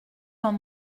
dans